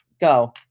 go